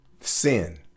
Sin